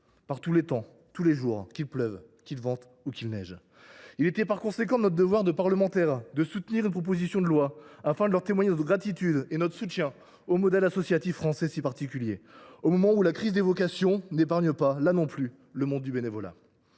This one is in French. par tous les temps, tous les jours, qu’il pleuve, qu’il vente ou qu’il neige. Il était de notre devoir de parlementaires de soutenir cette proposition de loi, afin de leur témoigner notre gratitude et de marquer notre soutien au modèle associatif français si particulier, au moment où la crise des vocations n’épargne pas le monde du bénévolat.